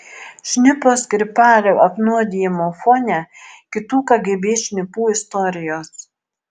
šnipo skripalio apnuodijimo fone kitų kgb šnipų istorijos